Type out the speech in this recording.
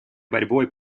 борьбой